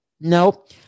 Nope